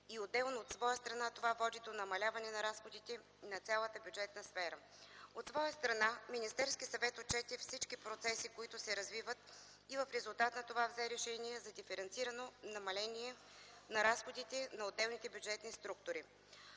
и отделно от своя страна това води до намаляване на разходите на цялата бюджетна сфера. От своя страна Министерският съвет отчете всички процеси, които се развиват, и в резултат на това взе решение за диференцирано намаление на разходите на отделните бюджетни структури.